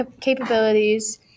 capabilities